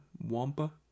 Wampa